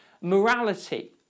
morality